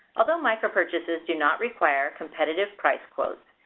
although micropurchases do not require competitive price quotes,